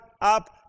up